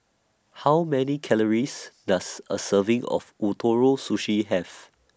How Many Calories Does A Serving of Ootoro Sushi Have